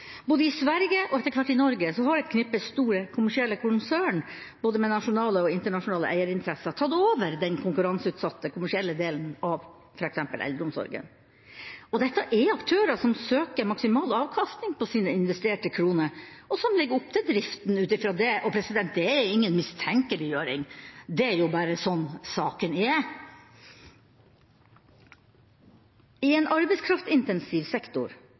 Både i Sverige og – etter hvert – i Norge har et knippe store, kommersielle konsern, både med nasjonale og internasjonale eierinteresser, tatt over den konkurranseutsatte, kommersielle delen av f.eks. eldreomsorgen. Dette er aktører som søker maksimal avkastning på sine investerte kroner, og som legger opp driften ut fra det. Det er ingen mistenkeliggjøring, det er bare slik saken er. I en arbeidskraftintensiv sektor